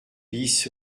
bis